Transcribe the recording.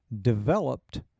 developed